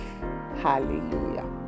Hallelujah